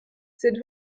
cette